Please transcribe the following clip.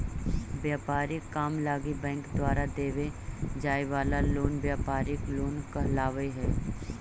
व्यापारिक काम लगी बैंक द्वारा देवे जाए वाला लोन व्यापारिक लोन कहलावऽ हइ